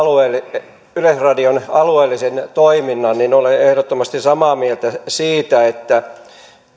esille yleisradion alueellisen toiminnan niin olen ehdottomasti samaa meiltä siitä että